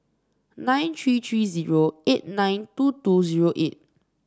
nine three three zero eight nine two two zero eight